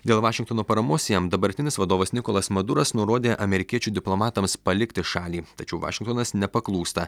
dėl vašingtono paramos jam dabartinis vadovas nikolas maduras nurodė amerikiečių diplomatams palikti šalį tačiau vašingtonas nepaklūsta